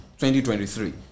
2023